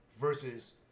versus